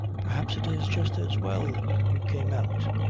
perhaps it is just as well you came out.